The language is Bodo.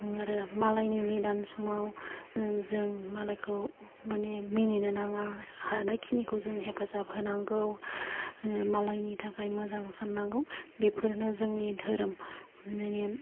आरो मालायनि निदान समाव जों मालायखौ माने मिनिनौ नाङा हानायखिनिखौ जों हेफाजाब होनांगौ मालायनि थाखाय मोजां साननांगौ बेफोरनो जोंनि धोरोम माने